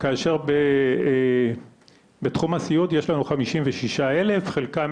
כאשר בתחום הסיעוד יש לנו 71 אלף,